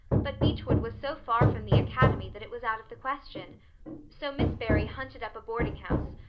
but beechwood was so far from the academy that it was out of the question so miss barry hunted up a boarding-house,